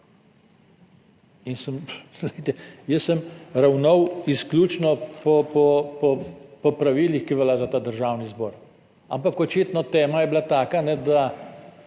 In sem, glejte, jaz sem ravnal izključno po pravilih, ki veljajo za ta Državni zbor, ampak očitno tema je bila taka, da da